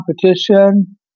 competition